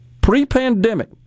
Pre-pandemic